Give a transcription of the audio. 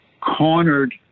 cornered